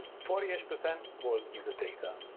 forty ish percent was user data.